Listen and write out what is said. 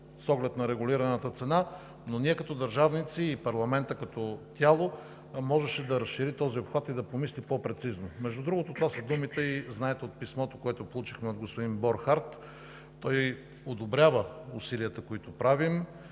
с оглед на регулираната цена, но ние като държавници и парламентът като тяло можеше да разшири този обхват и да помисли по прецизно. Между другото, това са думите, знаете и от писмото, което получихме от господин Борхард – той одобрява усилията, които правим.